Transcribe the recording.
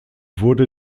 wurde